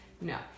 no